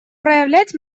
проявлять